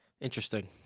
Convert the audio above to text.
Interesting